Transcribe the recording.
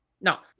Now